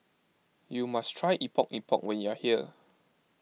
you must try Epok Epok when you are here